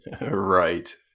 Right